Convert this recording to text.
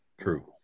True